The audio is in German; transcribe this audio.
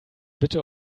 bitte